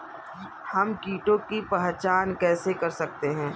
हम कीटों की पहचान कैसे कर सकते हैं?